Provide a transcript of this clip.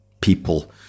people